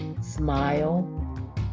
smile